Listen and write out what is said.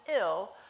ill